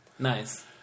nice